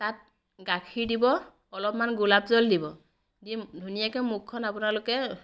তাত গাখীৰ দিব অলপমান গোলাপ জল দিব দি ধুনীয়াকৈ মুখখন আপোনালোকে